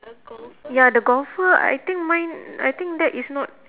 ya the golfer I think mine I think that is not